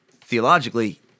theologically